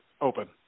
Open